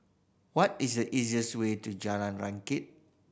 what is the easiest way to Jalan Rakit